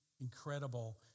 incredible